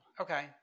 Okay